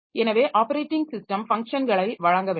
எனவே operating system பஃங்ஷன்களை வழங்க வேண்டும்